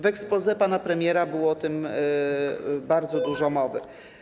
W exposé pana premiera było o tym bardzo dużo mowy.